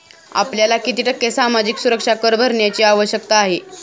आपल्याला किती टक्के सामाजिक सुरक्षा कर भरण्याची आवश्यकता आहे?